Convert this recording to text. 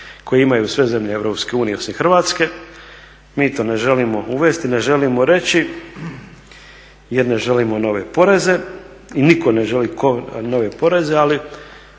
koje imaju sve zemlje Europske unije osim Hrvatske. Mi to ne želimo uvesti, ne želimo reći jer ne želimo nove poreze i nitko ne želi nove poreze ali